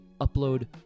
upload